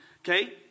Okay